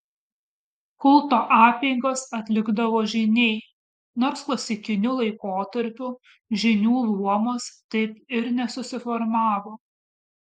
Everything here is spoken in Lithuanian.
kulto apeigas atlikdavo žyniai nors klasikiniu laikotarpiu žynių luomas taip ir nesusiformavo